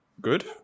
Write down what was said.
good